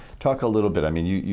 talk a little bit. i mean, you know